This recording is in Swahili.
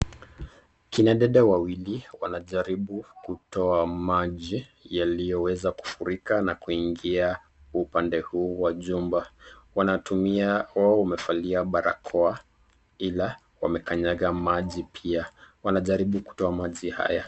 Kina dada wawili wanajaribu kutoa maji yaliyoweza kufurika na kuingia upande huu wa chumba wanatumia. Wao wamevalia barakoa ila wamekanyaga maji pia wanajaribu kutoa maji haya.